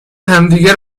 همدیگه